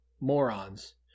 morons